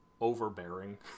overbearing